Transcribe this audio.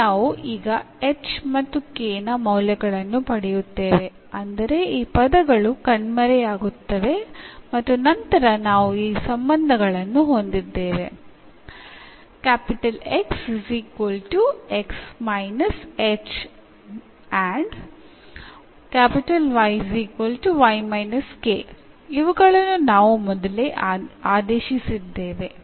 ಇಲ್ಲಿ ನಾವು ಈಗ h ಮತ್ತು k ನ ಮೌಲ್ಯಗಳನ್ನು ಪಡೆಯುತ್ತೇವೆ ಅಂದರೆ ಈ ಪದಗಳು ಕಣ್ಮರೆಯಾಗುತ್ತವೆ ಮತ್ತು ನಂತರ ನಾವು ಈ ಸಂಬಂಧಗಳನ್ನು ಹೊಂದಿದ್ದೇವೆ ಇವುಗಳನ್ನು ನಾವು ಮೊದಲೇ ಆದೇಶಿಸಿದ್ದೇವೆ